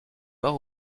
mort